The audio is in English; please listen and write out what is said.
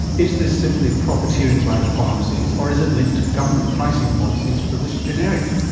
is this simply profiteering by the pharmacies or is it linked to government pricing policies for this generic?